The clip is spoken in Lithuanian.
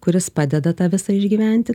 kuris padeda tą visą išgyventi